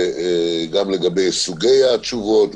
גם לגבי סוגי התשובות,